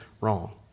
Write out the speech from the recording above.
wrong